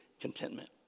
contentment